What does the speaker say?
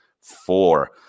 four